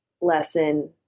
lesson